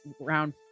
round